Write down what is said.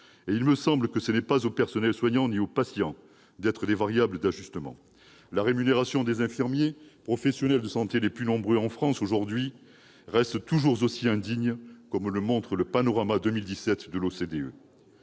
Et il me semble que ce n'est pas aux personnels soignants ni aux patients d'être des variables d'ajustement ! La rémunération des infirmiers, professionnels de santé les plus nombreux en France aujourd'hui, reste toujours aussi indigne, comme le montre le panorama 2017 de l'OCDE.